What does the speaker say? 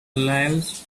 lives